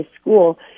school